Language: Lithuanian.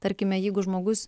tarkime jeigu žmogus